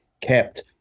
kept